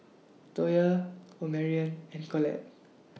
Toya Omarion and Collette